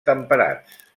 temperats